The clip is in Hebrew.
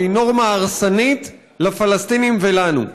והיא נורמה הרסנית לפלסטינים ולנו.